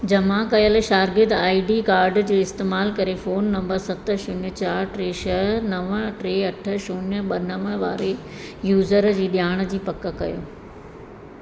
जमा कयल शागिर्दु आई डी कार्ड जो इस्तैमाल करे फोन नंबर सत शून्य चारि टे छह नव टे अठ शून्य ॿ नव वारे यूज़र जी ॼाण जी पक कयो